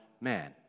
man